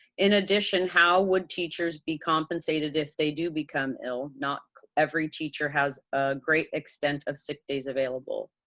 in addition, how would teachers be compensated if they do become ill? not every teacher has a great extent of sick days available.